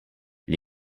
gli